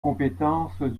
compétences